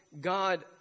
God